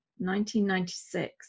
1996